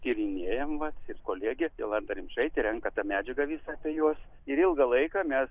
tyrinėjam vat ir kolegė jolanta rimšaitė renka tą medžiagą visą apie juos ir ilgą laiką mes